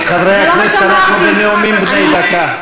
טוב, חברי הכנסת, אנחנו בנאומים בני דקה.